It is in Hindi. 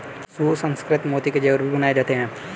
सुसंस्कृत मोती के जेवर भी बनाए जाते हैं